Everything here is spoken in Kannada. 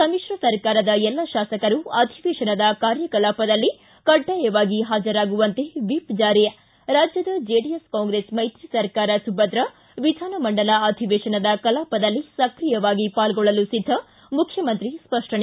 ಸಮಿಕ್ರ ಸರ್ಕಾರದ ಎಲ್ಲ ತಾಸಕರು ಅಧಿವೇತನದ ಕಾರ್ಯಕಲಾಪದಲ್ಲಿ ಕಡ್ವಾಯವಾಗಿ ಹಾಜರಾಗುವಂತೆ ವಿಪ್ ಜಾರಿ ರಾಜ್ಯದ ಜೆಡಿಎಸ್ ಕಾಂಗ್ರೆಸ್ ಮೈತ್ರಿ ಸರ್ಕಾರ ಸುಭದ್ರ ವಿಧಾನಮಂಡಲ ಅಧಿವೇಶನ ಕಲಾಪದಲ್ಲಿ ಸಕ್ರಿಯವಾಗಿ ಪಾಲ್ಗೊಳ್ಳಲು ಸಿದ್ಧ ಮಖ್ಯಮಂತ್ರಿ ಸ್ಪಷ್ಟನೆ